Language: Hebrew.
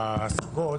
הסיבות,